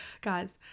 guys